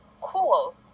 cool